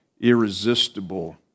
irresistible